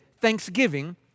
thanksgiving